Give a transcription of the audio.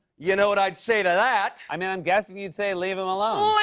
you know what i'd say to that? i mean, i'm guessing you'd say, leave him alone.